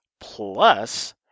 Plus